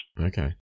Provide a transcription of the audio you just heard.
Okay